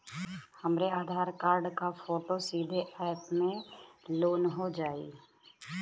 हमरे आधार कार्ड क फोटो सीधे यैप में लोनहो जाई?